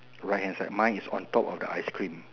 right hand side mine is on top of the ice cream